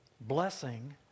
blessing